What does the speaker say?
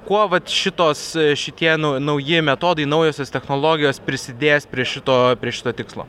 kuo vat šitos šitie nau nauji metodai naujosios technologijos prisidės prie šito prie šito tikslo